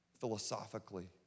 philosophically